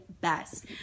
best